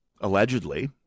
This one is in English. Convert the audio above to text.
allegedly